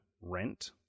rent